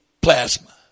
plasma